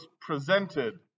presented